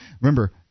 remember